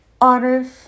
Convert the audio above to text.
Arif